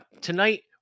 tonight